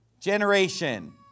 generation